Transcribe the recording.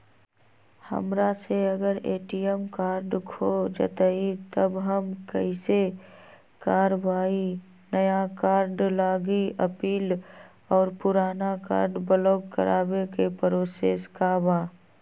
हमरा से अगर ए.टी.एम कार्ड खो जतई तब हम कईसे करवाई नया कार्ड लागी अपील और पुराना कार्ड ब्लॉक करावे के प्रोसेस का बा?